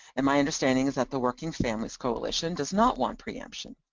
and my understanding is that the working families coalition does not want preemption.